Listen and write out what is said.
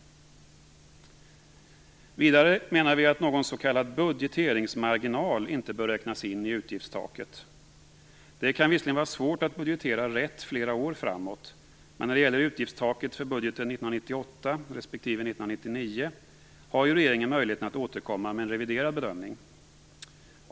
Vidare menar vi att någon s.k. budgeteringsmarginal inte bör räknas in i utgiftstaket. Det kan visserligen vara svårt att budgetera rätt flera år framåt, men när det gäller utgiftstaket för budgeten 1998 respektive 1999 har ju regeringen möjligheten att återkomma med en reviderad bedömning.